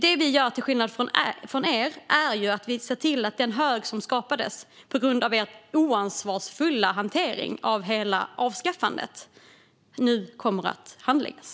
Det vi gör, till skillnad från er, är att se till att den hög som skapades på grund av er ansvarslösa hantering av hela avskaffandet nu kommer att handläggas.